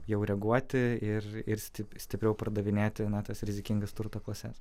jau reaguoti ir ir sti stipriau pardavinėti na tas rizikingas turto klases